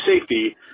safety